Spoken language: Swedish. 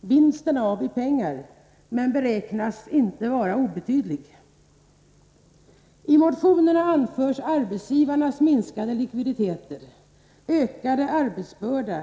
vinsten i pengar, men vinsten beräknas vara inte obetydlig. I motionerna anförs arbetsgivarnas minskade likviditet och ökade arbetsbörda.